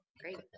Great